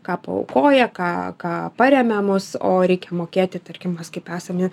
ką paaukoja ką ką paremia mus o reikia mokėti tarkim kas kaip esam